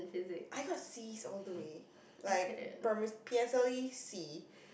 I got C's all the way like primary P_S_L_E C